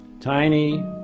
Tiny